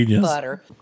butter